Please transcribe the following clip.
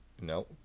No